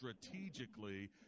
strategically